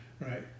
Right